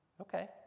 okay